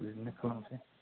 बिदिनो खालामनोसै